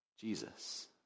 Jesus